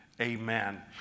Amen